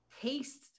taste